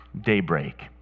daybreak